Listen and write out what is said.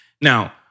Now